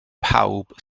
pawb